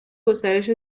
گسترش